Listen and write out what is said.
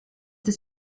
das